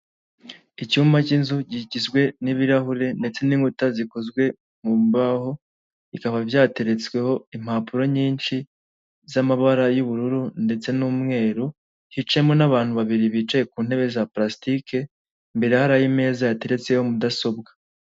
Icyumba cy'inzu kigizwe n'ibirahure ndetse n'inkuta zikozwe mu mbaho, bikaba byateretsweho impapuro nyinshi z'amabara y'ubururu ndetse n'umweru, hicayemo n'abantu babiri bicaye ku ntebe za palasitike, imbere hari ameza yateretseho mudasobwa.